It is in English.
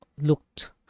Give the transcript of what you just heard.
looked